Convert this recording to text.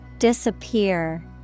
Disappear